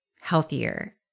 healthier